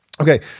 Okay